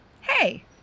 Hey